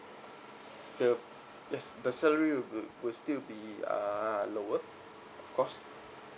the yes the salary will will will still be err lower of course